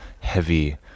heavy